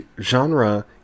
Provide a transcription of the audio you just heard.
Genre